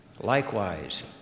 Likewise